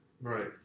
Right